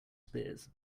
spears